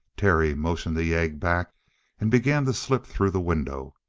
terry motioned the yegg back and began to slip through the window.